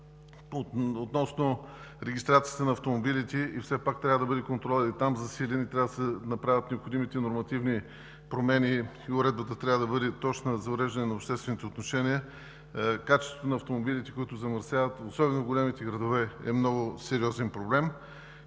Относно регистрацията на автомобилите все пак и там трябва да бъде засилен контролът и да се направят необходимите нормативни промени, уредбата трябва да бъде точна – за уреждане на обществените отношения, качеството на автомобилите, които замърсяват, особено в големите градове е много сериозен проблем.